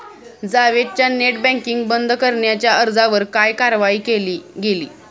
जावेदच्या net banking बंद करण्याच्या अर्जावर काय कारवाई केली गेली?